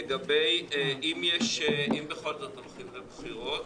אם בכל זאת הולכים לבחירות,